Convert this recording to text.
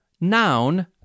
noun